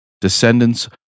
descendants